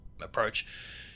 approach